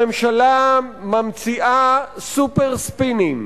הממשלה ממציאה סופר-ספינים.